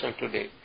today